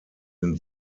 den